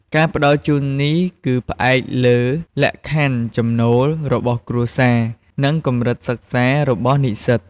ការផ្តល់ជូននេះគឺផ្អែកលើលក្ខខណ្ឌចំណូល របស់គ្រួសារ និងកម្រិតសិក្សា របស់និស្សិត។